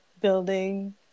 building